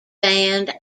band